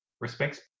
Respects